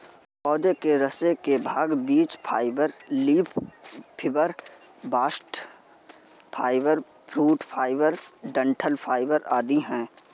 पौधे के रेशे के भाग बीज fibre, leaf fibre, bast fibre, fruit fibre, डंठल फाइबर आदि है